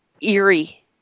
eerie